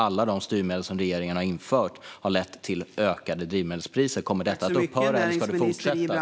Alla de styrmedel som regeringen har infört har lett till ökade drivmedelspriser. Kommer detta att upphöra, eller ska det fortsätta?